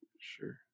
Sure